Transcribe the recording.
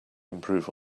improve